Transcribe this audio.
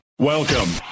Welcome